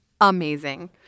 amazing